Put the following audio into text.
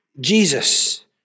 Jesus